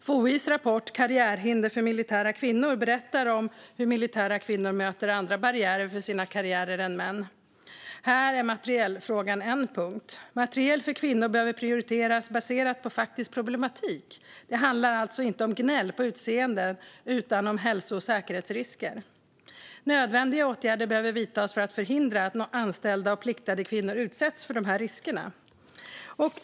FOI:s rapport Karriärhinder för militära kvinnor berättar hur militära kvinnor möter andra barriärer för sina karriärer än män gör. Här är materielfrågan en punkt. Materiel för kvinnor behöver prioriteras baserat på faktisk problematik. Det handlar alltså inte om gnäll på utseende utan om hälso och säkerhetsrisker. Nödvändiga åtgärder behöver vidtas för att förhindra att anställda och pliktade kvinnor utsätts för dessa risker.